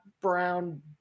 brown